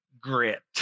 grit